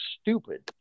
stupid